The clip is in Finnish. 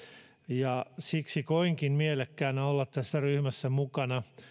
ja siksi koinkin mielekkäänä olla tässä ryhmässä mukana